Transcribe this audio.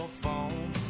phone